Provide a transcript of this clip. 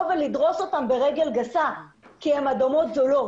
ולדרוש אותם ברגל גסה כי הן אדמות זולות.